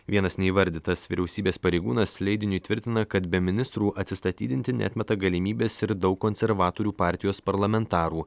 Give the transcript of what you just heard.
vienas neįvardytas vyriausybės pareigūnas leidiniui tvirtina kad be ministrų atsistatydinti neatmeta galimybės ir daug konservatorių partijos parlamentarų